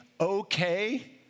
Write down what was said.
okay